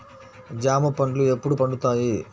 జామ పండ్లు ఎప్పుడు పండుతాయి?